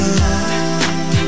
love